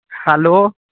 hello